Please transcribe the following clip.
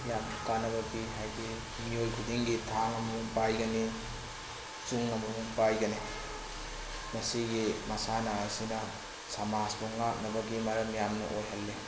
ꯌꯥꯝ ꯀꯥꯟꯅꯕ ꯄꯤ ꯍꯥꯏꯗꯤ ꯃꯤꯑꯣꯏ ꯈꯨꯗꯤꯡꯒꯤ ꯊꯥꯡ ꯑꯃꯃꯝ ꯄꯥꯏꯒꯅꯤ ꯆꯨꯡ ꯑꯃꯃꯝ ꯄꯥꯏꯒꯅꯤ ꯃꯁꯤꯒꯤ ꯃꯁꯥꯟꯅ ꯑꯁꯤꯅ ꯁꯃꯥꯖꯄꯨ ꯉꯥꯛꯅꯕꯒꯤ ꯃꯔꯝ ꯌꯥꯝꯅ ꯑꯣꯏꯍꯜꯂꯤ